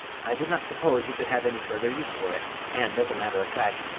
i did not suppose you could have any further use for it. and, as a matter of fact,